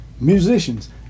musicians